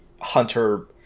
hunter